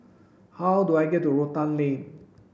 how do I get to Rotan Lane